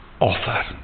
offer